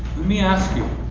let me ask you